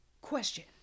Question